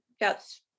Yes